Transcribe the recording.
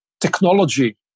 technology